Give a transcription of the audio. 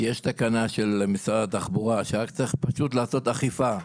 יש תקנה של משרד התחבורה שרק צריך פשוט לעשות אכיפה,